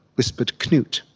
whispered knut,